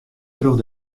troch